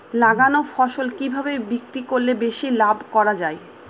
লাগানো ফসল কিভাবে বিক্রি করলে বেশি লাভ করা যায়?